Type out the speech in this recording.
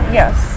yes